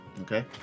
Okay